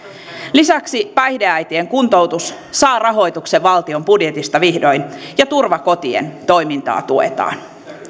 lisäksi päihdeäitien kuntoutus saa vihdoin rahoituksen valtion budjetista ja turvakotien toimintaa tuetaan